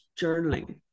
journaling